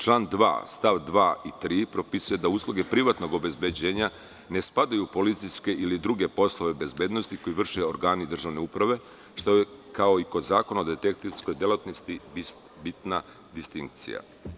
Član 2. st. 2. i 3. propisuje da usluge privatnog obezbeđenja ne spadaju u policijske ili druge poslove bezbednosti koje vrše organi državne uprave, što je kao i kod Zakona o detektivskoj delatnosti, bitna distinkcija.